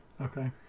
Okay